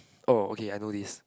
oh okay I know this